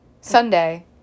Sunday